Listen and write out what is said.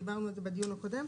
דיברנו על זה בדיון הקודם.